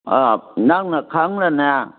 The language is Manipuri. ꯑꯥ ꯅꯪꯅ ꯈꯪꯅꯅꯦ